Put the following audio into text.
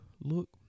look